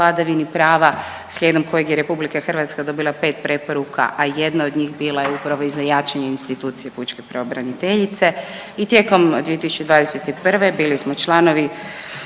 vladavini prava slijedom kojeg je RH dobila 5 preporuka, a jedno od njih bila upravo i za jačanje institucije pučke pravobraniteljice i tijekom 2021. bili smo članovi